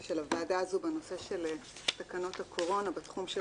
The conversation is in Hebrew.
של הוועדה הזו בנושא של תקנות הקורונה בתחום של